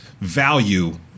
Value